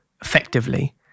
effectively